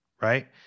right